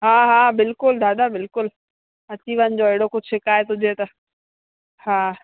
हा हा बिल्कुलु दादा बिल्कुलु अची वञिजो अहिड़ो कोई शिकायत हुजे त हा